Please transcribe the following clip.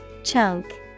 chunk